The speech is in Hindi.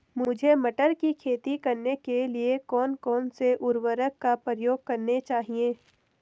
मुझे मटर की खेती करने के लिए कौन कौन से उर्वरक का प्रयोग करने चाहिए?